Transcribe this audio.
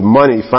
money